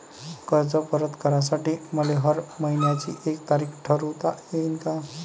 कर्ज परत करासाठी मले हर मइन्याची एक तारीख ठरुता येईन का?